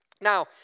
Now